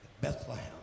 Bethlehem